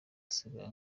asigaye